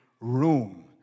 room